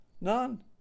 None